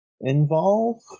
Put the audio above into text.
involve